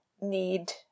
need